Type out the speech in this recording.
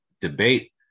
debate